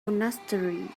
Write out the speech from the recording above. monastery